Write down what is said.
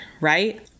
right